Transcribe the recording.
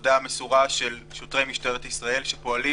העבודה המסורה של שוטרי משטרת ישראל שפועלים